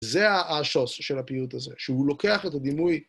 זה השוס של הפיוט הזה, שהוא לוקח את הדימוי.